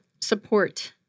support